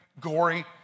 gory